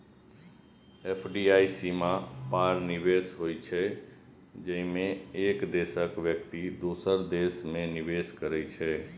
FDI सीमा पार निवेश होइ छै, जेमे एक देशक व्यक्ति दोसर देश मे निवेश करै छै